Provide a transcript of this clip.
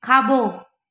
खाॿो